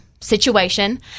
situation